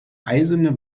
eisene